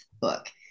book